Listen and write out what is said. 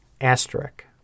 asterisk